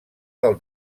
del